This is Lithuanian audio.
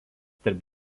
tarp